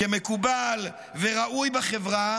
כמקובל וראוי בחברה,